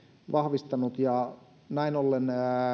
vahvistanut miten olisi näin ollen